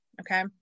Okay